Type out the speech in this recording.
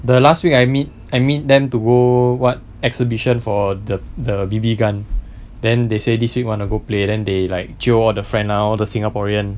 the last week I meet I meet them to go what exhibition for the the B_B gun then they say this week wanna go play then they like jio all the friend lah all the singaporean